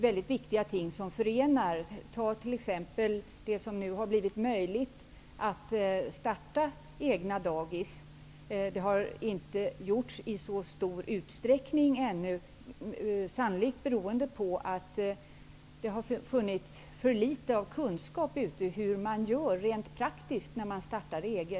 Jag kan t.ex. nämna att det nu har blivit möjligt att starta egna dagis. Det har inte gjorts i så stor utsträckning ännu, sannolikt beroende på att det har funnits för litet kunskap om hur man gör rent praktiskt när man startar eget.